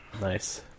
Nice